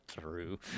true